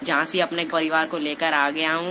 झांसी अपने परिवार को लेकर आ गया हूं